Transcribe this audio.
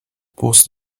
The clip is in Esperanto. post